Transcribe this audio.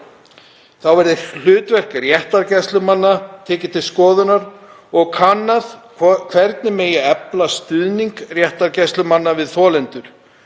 Þá verður hlutverk réttargæslumanna tekið til skoðunar og kannað hvernig megi efla stuðning réttargæslumanna við þolendur,